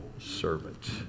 servant